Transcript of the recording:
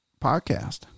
podcast